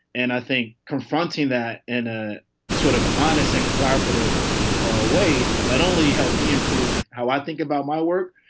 and i think confronting that in a sort of honest and collaborative ah way not only helped me improve how i think about my work,